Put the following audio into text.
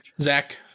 Zach